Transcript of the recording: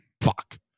Fuck